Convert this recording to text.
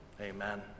Amen